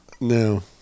No